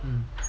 um